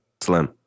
Slim